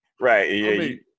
right